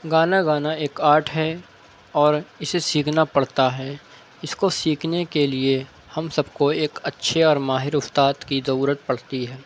گانا گانا ایک آرٹ ہے اور اسے سیکھنا پڑتا ہے اس کو سیکھنے کے لیے ہم سب کو ایک اچھے اور ماہر استاد کی ضرورت پڑتی ہے